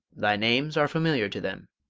thy names are familiar to them.